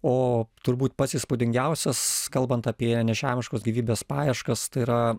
o turbūt pats įspūdingiausias kalbant apie nežemiškos gyvybės paieškas tai yra